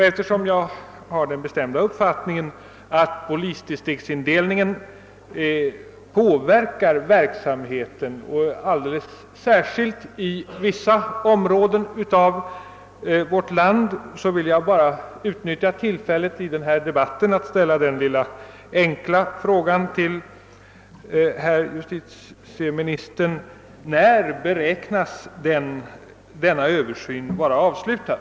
Eftersom jag har den bestämda uppfattningen att polisdistriktsindelningen har betydelse för verksamheten, särskilt i vissa områden av vårt land, vill jag utnyttja tillfället i denna debatt att ställa den enkla lilla frågan till justitieministern: När beräknas denna översyn vara avslutad?